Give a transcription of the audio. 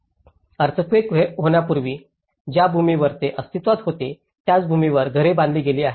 earthquake होण्यापूर्वी ज्या भूमीवर ते अस्तित्वात होते त्याच भूमीवर घरे बांधली गेली आहेत